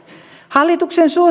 hallituksen